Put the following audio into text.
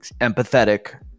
empathetic